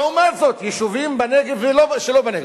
לעומת זאת יישובים בנגב ושלא בנגב,